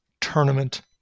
tournament